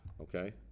okay